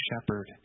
shepherd